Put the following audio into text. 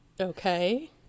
Okay